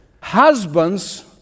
husbands